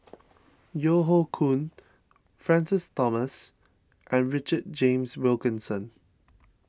Yeo Hoe Koon Francis Thomas and Richard James Wilkinson